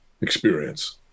experience